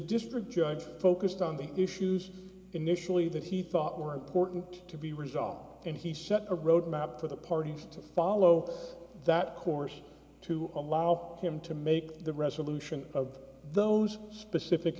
district judge focused on the issues initially that he thought were important to be read saw and he set a roadmap for the parties to follow that course to allow him to make the resolution of those specific